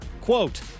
Quote